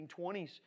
1920s